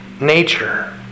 nature